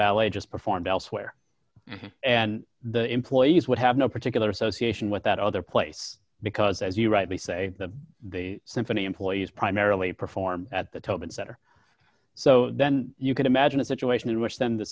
ballet just performed elsewhere and the employees would have no particular association with that other place because as you rightly say that the symphony employees primarily perform at the top and center so then you can imagine a situation in which then t